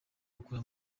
gukurura